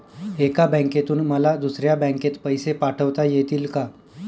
एका बँकेतून मला दुसऱ्या बँकेत पैसे पाठवता येतील का?